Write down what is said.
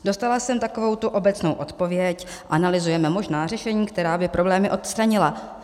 Dostala jsem takovou tu obecnou odpověď analyzujeme možná řešení, která by problémy odstranila.